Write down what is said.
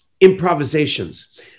improvisations